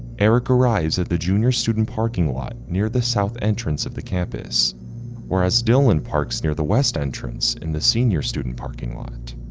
eric arrives at the junior student parking lot near the south entrance of the campus whereas dylan parks near the west entrance in the senior student parking lot.